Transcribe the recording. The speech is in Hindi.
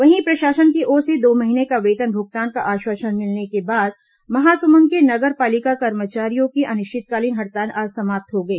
वहीं प्रशासन की ओर से दो महीने का वेतन भुगतान का आश्वासन मिलने के बाद महासमुंद के नगर पालिका कर्मचारियों की अनिश्चितकालीन हड़ताल आज समाप्त हो गई